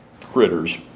critters